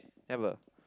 never